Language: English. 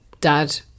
dad